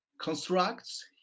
constructs